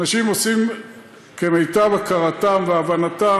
אנשים עושים כמיטב הכרתם והבנתם.